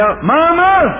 Mama